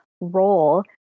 role